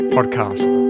Podcast